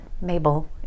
Mabel